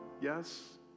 Yes